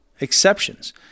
exceptions